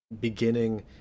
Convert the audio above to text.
beginning